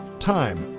time,